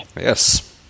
Yes